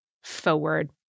Forward